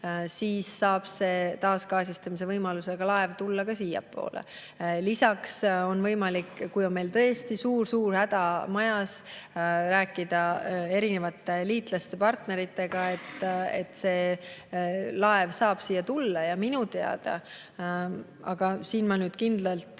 siis saab see taasgaasistamise võimalusega laev tulla ka siiapoole. Lisaks on võimalik – kui meil on tõesti suur-suur häda majas – rääkida liitlaste ja partneritega, et see laev saab siia tulla. Ja minu teada, aga siin ma nüüd kindlalt